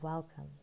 Welcome